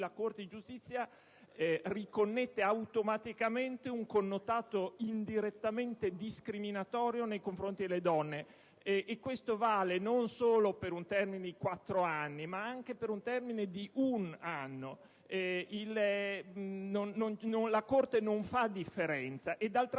la Corte stessa riconnette automaticamente un connotato indirettamente discriminatorio nei confronti delle donne. Questo vale non solo per un termine di quattro anni, ma anche per un termine di un anno: la Corte non fa differenza. E, d'altra